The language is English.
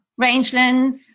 Rangelands